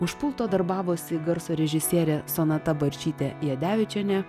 už pulto darbavosi garso režisierė sonata barčytė jadevičienė